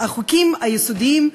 החוקים היסודיים,